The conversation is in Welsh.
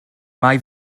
mai